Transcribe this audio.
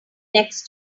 next